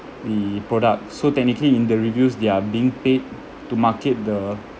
the product so technically in the reviews they're being paid to market the